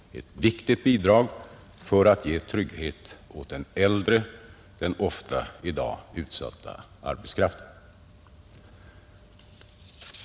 Det är ett viktigt bidrag för att ge trygghet åt de äldre i arbetslivet.